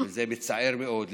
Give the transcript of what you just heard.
וזה מצער מאוד,